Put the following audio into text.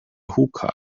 hookah